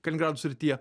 kaliningrado srityje